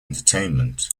entertainment